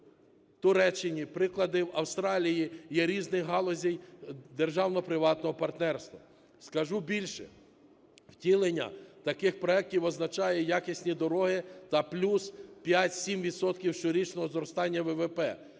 Туреччині, приклади в Австралії є різних галузей державно-приватного партнерства. Скажу більше, втілення таких проектів означає якісні дороги та плюс 5-7 відсотків щорічного зростання ВВП,